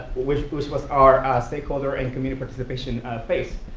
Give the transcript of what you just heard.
which was was our stakeholder and community participation phase.